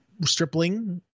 stripling